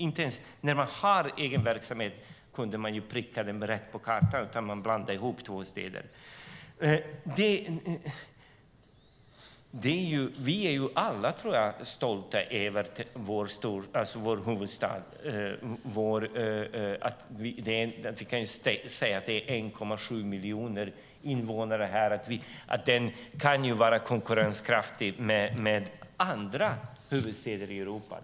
Inte ens när de hade egen verksamhet kunde de pricka den rätt på kartan, utan de blandade ihop två städer. Vi är alla stolta över vår huvudstad. Vi kan säga att det är 1,7 miljoner invånare här. Den kan vara konkurrenskraftig med andra huvudstäder i Europa.